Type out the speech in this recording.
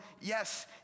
yes